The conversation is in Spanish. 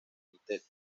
united